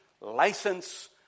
license